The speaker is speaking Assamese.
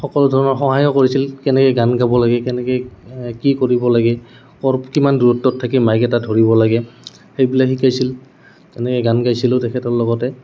সকলো ধৰণৰ সহায়ো কৰিছিল কেনেকৈ গান গাব লাগে কেনেকৈ কি কৰিব লাগে ক'ৰ কিমান দূৰত্বত থাকে মাইক এটা ধৰিব লাগে সেইবিলাক শিকাইছিল তেনেকৈ গান গাইছিলোঁ তেখেতৰ লগতে